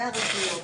ואת הרשויות,